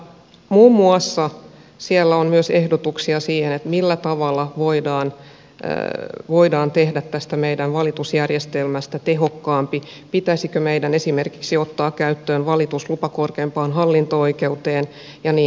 muun muassa siellä on myös ehdotuksia siihen millä tavalla voidaan tehdä tästä meidän valitusjärjestelmästämme tehokkaampi pitäisikö meidän esimerkiksi ottaa käyttöön valituslupa korkeimpaan hallinto oikeuteen ja niin edelleen